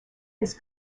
his